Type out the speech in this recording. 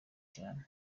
cyane